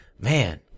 Man